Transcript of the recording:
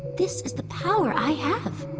this is the power i have,